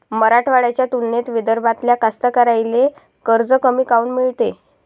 मराठवाड्याच्या तुलनेत विदर्भातल्या कास्तकाराइले कर्ज कमी काऊन मिळते?